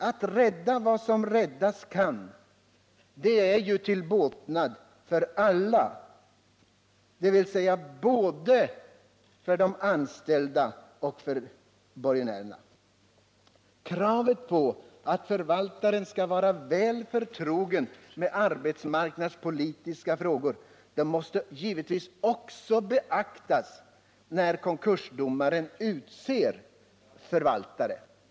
Att rädda vad som räddas kan är till båtnad för alla, både för de anställda och för borgenärerna. Kravet på att förvaltaren skall vara väl förtrogen med arbetsmarknadspolitiska frågor måste givetvis också beaktas när konkursdomaren utser förvaltare.